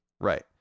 Right